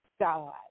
God